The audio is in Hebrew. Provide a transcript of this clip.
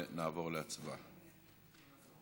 ונעבור להצבעה.